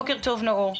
בוקר טוב, נאור.